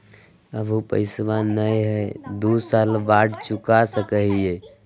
अभि पैसबा नय हय, दू साल बाद चुका सकी हय?